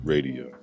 Radio